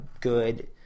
good